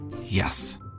Yes